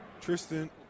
Tristan